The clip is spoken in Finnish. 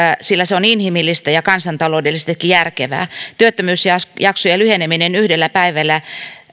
sillä se on inhimillistä ja kansantaloudellisestikin järkevää työttömyysjaksojen lyheneminen yhdellä päivällä